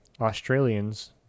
australians